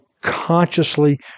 consciously